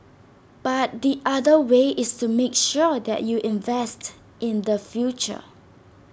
but the other way is to make sure that you invest in the future